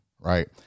right